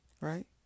right